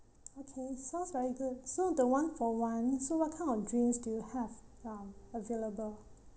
okay sounds very good so the one for one so what kind of drinks do you have um available